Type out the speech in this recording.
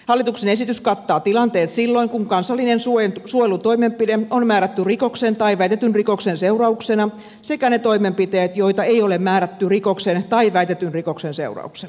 hallituksen esitys kattaa tilanteet silloin kun kansallinen suojelutoimenpide on määrätty rikoksen tai väitetyn rikoksen seurauksena sekä ne toimenpiteet joita ei ole määrätty rikoksen tai väitetyn rikoksen seurauksena